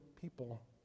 people